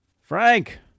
Frank